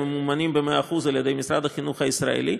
הם ממומנים ב-100% על ידי משרד החינוך הישראלי,